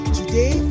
today